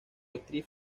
actriz